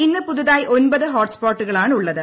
ഇന്ന് പുതുതായി ഒമ്പത് ഹോട്ട്സ്പോട്ടുകളാണുള്ളത്